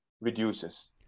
reduces